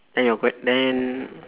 then your que~ then